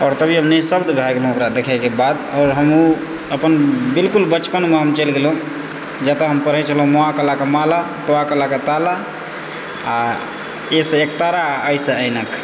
आओर तभी हम निशब्द भए गेलहुँ ओकरा देखैके बाद आओर हमहुँ अपन बिल्कुल बचपनमे हम चलि गेलहुँ जतय हम पढैत छलहुँ म आकार ल आकार माला ता आकार ल आकार ताला आओर ए सँ एकतारा ऐ सँ ऐनक